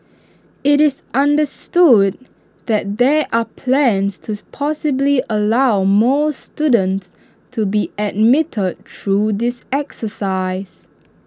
IT is understood that there are plans to possibly allow more students to be admitted through this exercise